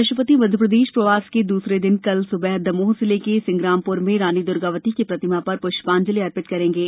राष्ट्रपति मध्यप्रदेश प्रवास के दूसरे दिन कल सुबह दमोह जिले के सिंग्रामप्र में रानी दूर्गावती की प्रतिमा पर प्ष्पांजलि अर्पित करेंगे